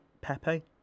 Pepe